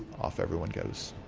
off everyone goes.